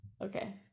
Okay